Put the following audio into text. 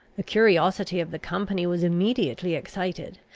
the curiosity of the company was immediately excited,